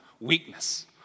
Weakness